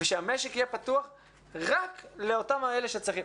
ושהמשק יהיה פתוח רק לאותם אלה שצריכים.